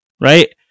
right